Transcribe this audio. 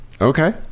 Okay